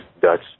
Dutch